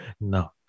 no